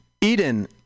Eden